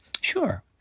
Sure